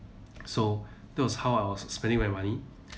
so that was how I was spending my money